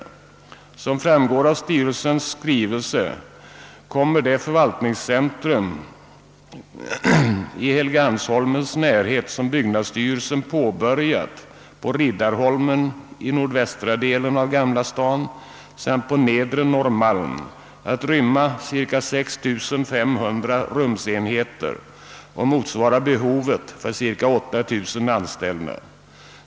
Såsom framgår av styrelsens skrivelse kommer det förvaltningscentrum i Helgeandsholmens närhet som byggnadsstyrelsen påbörjat på Riddarholmen, i nordvästra delen av Gamla stan samt på Nedre Norrmalm, att rymma cirka 6 500 rumsenheter och att motsvara behovet för omkring 8000 anställda.